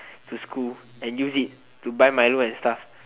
to school and use it to buy milo and stuff